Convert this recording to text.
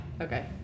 Okay